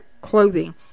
clothing